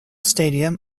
stadium